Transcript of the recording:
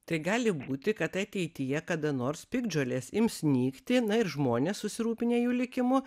tai gali būti kad ateityje kada nors piktžolės ims nykti na ir žmonės susirūpinę jų likimu